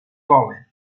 volen